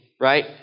right